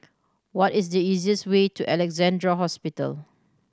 what is the easiest way to Alexandra Hospital